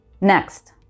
Next